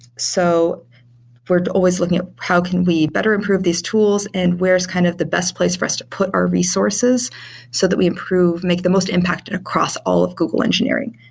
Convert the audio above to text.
so we're always looking at how can we better improve these tools and where is kind of the best place for us to put our resources so that we improve, make the most impact and across all of google engineering.